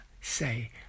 say